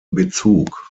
bezug